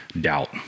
doubt